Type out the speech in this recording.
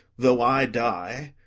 though i die,